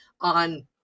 on